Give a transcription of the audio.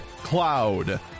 Cloud